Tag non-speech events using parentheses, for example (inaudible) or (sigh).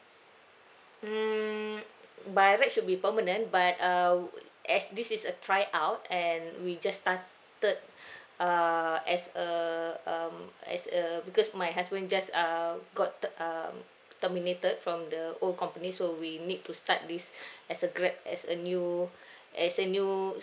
hmm by right should be permanent but err as this is a try out and we just started (breath) uh as a um as err because my husband just um got ter~ um terminated from the old company so we need to start this (breath) as a grab as a new as a new